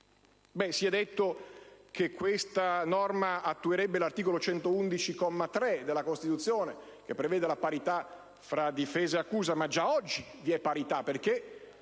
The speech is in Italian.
Si è detto che questa norma attuerebbe l'articolo 111, comma 3, della Costituzione, che prevede la parità fra difesa e accusa, ma già oggi vi è parità perché